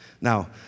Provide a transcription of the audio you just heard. Now